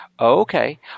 Okay